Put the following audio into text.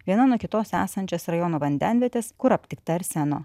viena nuo kitos esančias rajono vandenvietes kur aptikta arseno